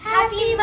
Happy